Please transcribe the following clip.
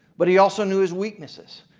but he also knew his weaknesses.